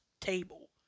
table